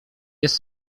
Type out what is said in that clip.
jest